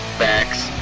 facts